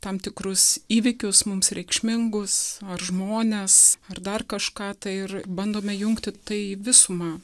tam tikrus įvykius mums reikšmingus ar žmones ar dar kažką tai ir bandome jungti tai į visumą